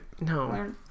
No